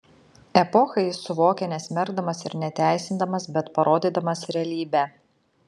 epochą jis suvokia nesmerkdamas ir neteisindamas bet parodydamas realybę